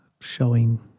showing